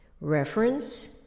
Reference